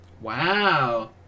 Wow